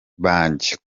banjye